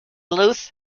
louth